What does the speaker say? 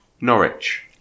Norwich